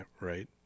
right